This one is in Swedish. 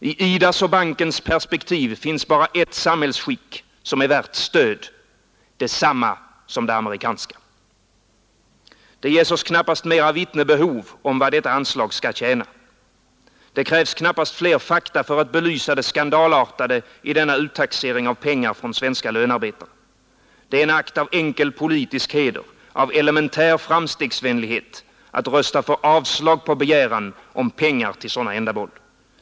I IDA:s och bankens perspektiv finns bara ett samhällsskick som är värt stöd — detsamma som det amerikanska. Det ges oss knappast mera vittne behov om vad detta anslag skall tjäna. Det krävs knappast fler fakta för att belysa det skandalartade i denna uttaxering av pengar från svenska lönarbetare. Det är en akt av enkel politisk heder, av elementär framstegsvänlighet att rösta för avslag på begäran om pengar till sådana ändamål.